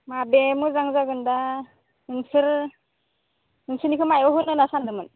माबे मोजां जागोन दा नोंसोर नोंसोरनिखो मायाव होनो होनना सान्दोंमोन